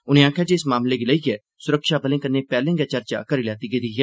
उनें आखेआ जे इस मामले गी लेइयै सुरक्षाबलें कन्नै पैहले गै चर्चा करी लैती गेदी ऐ